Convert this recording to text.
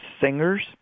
singers